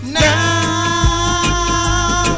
now